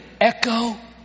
echo